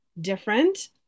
different